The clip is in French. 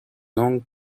langues